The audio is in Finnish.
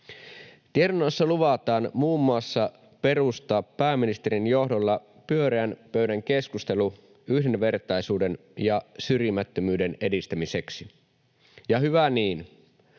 Tiedonannossa luvataan muun muassa perustaa pääministerin johdolla pyöreän pöydän keskustelu yhdenvertaisuuden ja syrjimättömyyden edistämiseksi. Hyvä niin,